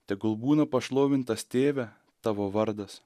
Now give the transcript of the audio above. tegul būna pašlovintas tėve tavo vardas